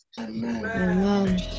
Amen